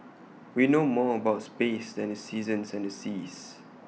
we know more about space than the seasons and the seas